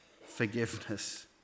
forgiveness